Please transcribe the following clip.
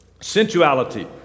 Sensuality